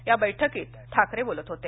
या बैठकीत ठाकरे बोलत होते